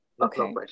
okay